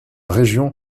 région